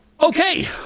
Okay